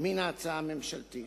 מההצעה הממשלתית,